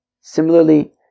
Similarly